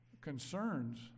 concerns